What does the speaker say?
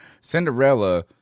Cinderella